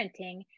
parenting